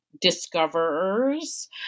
discoverers